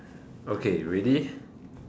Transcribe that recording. okay ready